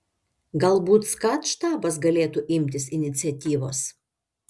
galbūt skat štabas galėtų imtis iniciatyvos